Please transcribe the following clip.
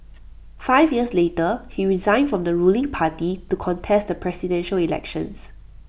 five years later he resigned from the ruling party to contest the Presidential Elections